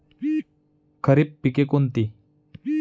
खरीप पिके कोणती?